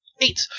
Eight